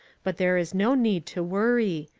but there is no need to worry.